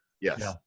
Yes